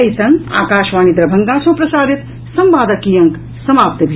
एहि संग आकाशवाणी दरभंगा सँ प्रसारित संवादक ई अंक समाप्त भेल